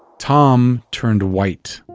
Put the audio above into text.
tom turned white.